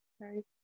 Sorry